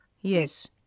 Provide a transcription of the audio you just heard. Yes